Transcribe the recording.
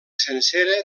sencera